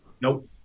Nope